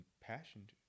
passionate